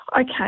Okay